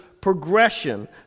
progression